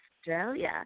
Australia